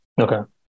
okay